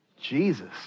Jesus